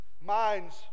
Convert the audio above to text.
minds